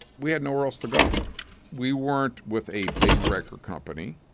we had nowhere else to go we weren't with a big record company.